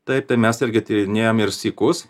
taip tai mes irgi tyrinėjam ir sykus